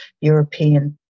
European